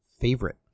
favorite